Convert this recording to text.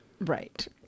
Right